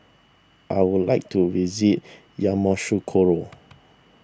I would like to visit Yamoussoukro